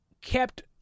kept